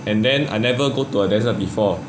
and then I never go to a desert before